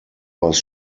was